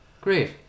Great